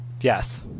Yes